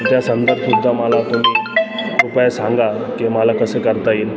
या संदर्भातसुद्धा मला तुम्ही उपाय सांगा की मला कसं करता येईल